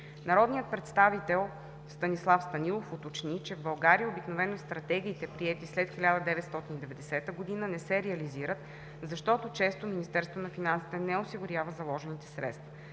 Народният представител Станислав Станилов уточни, че в България обикновено стратегиите, приети след 1990 г., не се реализират, защото често Министерство на финансите не осигурява заложените средства.